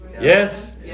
Yes